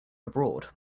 abroad